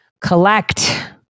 collect